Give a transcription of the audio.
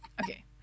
Okay